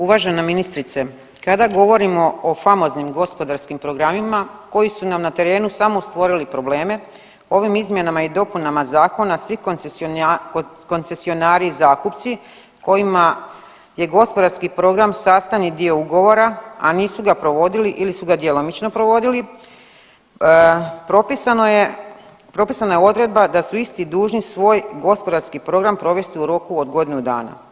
Uvažena ministrice, kada govorimo o famoznim gospodarskim programima koji su nam na terenu samo stvorili probleme ovim izmjenama i dopunama zakona svi koncesionari i zakupci kojima je gospodarski program sastavni dio ugovora, a nisu ga provodili ili su ga djelomično provodili, propisano je, propisana je odredba da su isti dužni svoj gospodarski program provesti u roku od godinu dana.